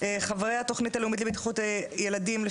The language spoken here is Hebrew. חברי התוכנית הלאומית לבטיחות ילדים,